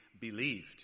believed